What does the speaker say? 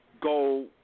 go